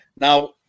Now